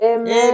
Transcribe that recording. Amen